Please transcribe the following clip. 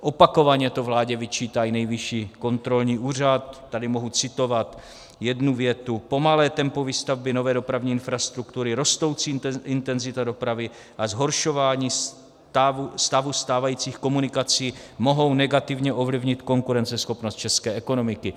Opakovaně to vládě vyčítá Nejvyšší kontrolní úřad, tady mohu citovat jednu větu: Pomalé tempo výstavby nové dopravní infrastruktury, rostoucí intenzita dopravy a zhoršování stavu stávajících komunikací mohou negativně ovlivnit konkurenceschopnost české ekonomiky.